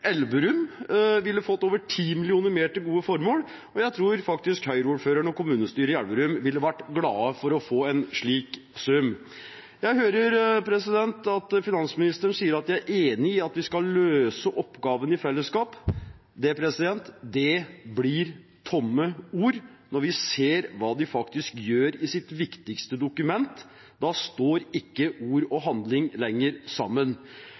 Elverum ville fått over 10 mill. kr mer til gode formål, og jeg tror Høyre-ordføreren og kommunestyret i Elverum ville vært glade for å få en slik sum. Jeg hører finansministeren sier at de er enig i at vi skal løse oppgavene i fellesskap. Det blir tomme ord når vi ser hva de faktisk gjør i sitt viktigste dokument. Der står ikke ord og handling lenger sammen.